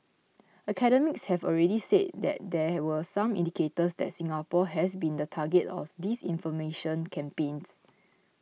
academics have already said that there were some indicators that Singapore has been the target of disinformation campaigns